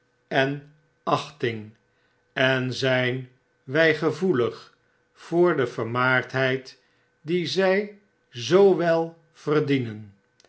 en achting en zyn wy gevoelig voor de vermaardheid die zy zoo wel verdienen